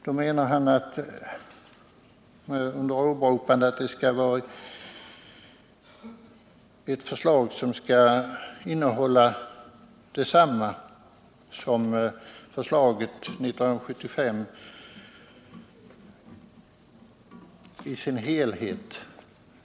Han menar tydligen då att det skall vara ett förslag med helt och hållet samma innehåll som förslaget från år 1975.